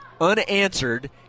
unanswered